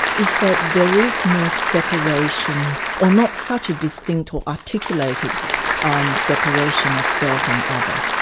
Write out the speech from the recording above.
is that there is no separation, or not such a distinct or articulated um separation of self and other,